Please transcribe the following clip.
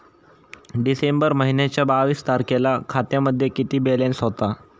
डिसेंबर महिन्याच्या बावीस तारखेला खात्यामध्ये किती बॅलन्स होता?